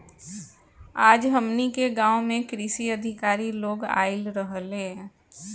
आज हमनी के गाँव में कृषि अधिकारी लोग आइल रहले